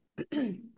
Okay